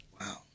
Wow